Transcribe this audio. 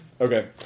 Okay